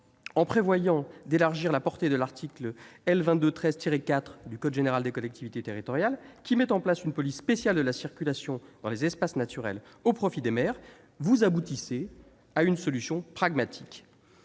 En prévoyant d'élargir la portée de l'article L. 2213-4 du code général des collectivités territoriales, qui met en place une police spéciale de la circulation dans les espaces naturels au profit des maires, il aboutit à une solution pragmatique.